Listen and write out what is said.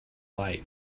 light